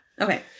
Okay